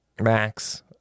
Max